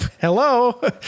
hello